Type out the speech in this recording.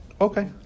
Okay